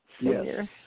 Yes